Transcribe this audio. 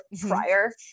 prior